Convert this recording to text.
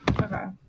Okay